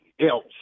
else